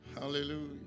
Hallelujah